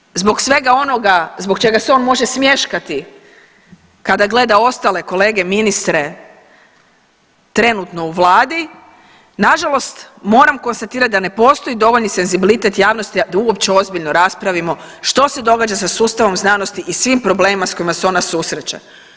Međutim, zbog svega onoga zbog čega se on može smješkati kada gleda ostale kolege ministre trenutno u Vladi na žalost moram konstatirati da ne postoji dovoljni senzibilitet javnosti da uopće ozbiljno raspravimo što se događa sa sustavom znanosti i svim problemima sa kojima se ona susreće.